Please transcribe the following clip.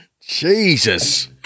Jesus